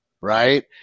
right